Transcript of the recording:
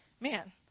man